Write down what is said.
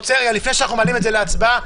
לפני שאנחנו מעלים את זה להצבעה,